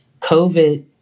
covid